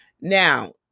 Now